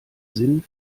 sinn